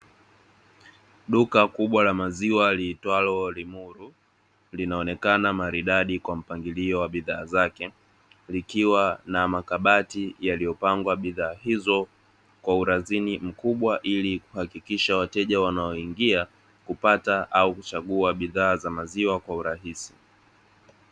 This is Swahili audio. Duka kubwa la maziwa liitwalo Limuru, linaonekana maridadi kwa mpangilio wa bidhaa zake, likiwa na makabati yaliyopangwa kwa urazini mkubwa ili kuhakikisha wateja wanaoingia, hupata au kuchagua bidhaa za maziwa kwa urahisi.